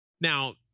Now